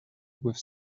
with